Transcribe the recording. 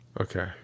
Okay